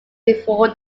before